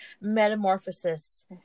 metamorphosis